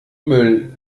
müll